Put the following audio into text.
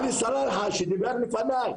עלי סלאלחה שדיבר לפני,